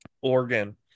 Oregon